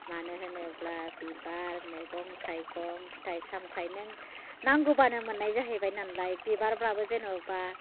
मानो होनोब्ला बिबार मैगं थाइगं फिथाइ सामथाइ नों नांगौबानो मोननाय जाहैबाय नालाय बिबारफ्राबो जेनेबा